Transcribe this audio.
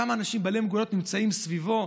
כמה אנשים בעלי מוגבלויות נמצאים סביבו,